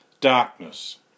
darkness